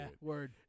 word